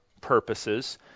purposes